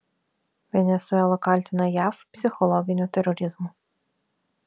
venesuela kaltina jav psichologiniu terorizmu